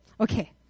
Okay